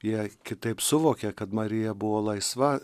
jie kitaip suvokia kad marija buvo laisva